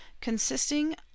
consisting